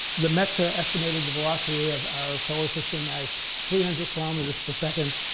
lemaitre estimated the velocity of our solar system as three hundred kilometers per second,